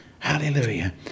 hallelujah